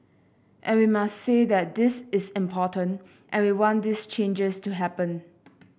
and we must say that this is important and we want these changes to happen